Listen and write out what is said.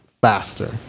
faster